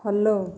follow